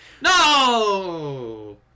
no